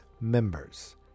members